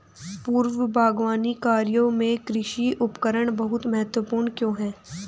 पूर्व बागवानी कार्यों में कृषि उपकरण बहुत महत्वपूर्ण क्यों है?